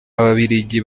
ababiligi